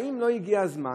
האם לא הגיע הזמן,